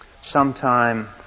Sometime